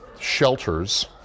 shelters